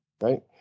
right